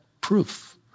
proof